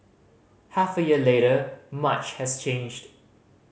half a year later much has changed